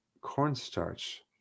cornstarch